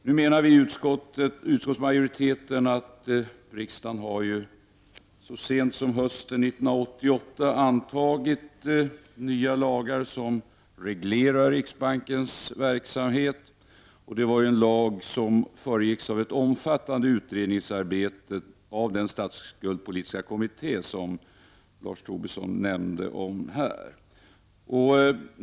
Nu åberopar utskottsmajoriteten att riksdagen så sent som hösten 1988 har antagit nya lagar som reglerar riksbankens verksamhet. Det var lagar som föregicks av ett omfattande utredningsarbete av den statsskuldspolitiska kommitté som Lars Tobisson nämnde här.